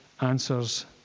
answers